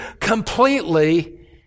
completely